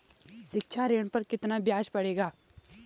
शिक्षा ऋण पर कितना ब्याज पड़ेगा?